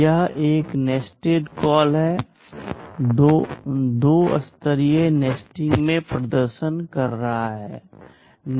यह एक nested call है दो स्तरीय नेस्टिंग मैं प्रदर्शन कर रहा हूं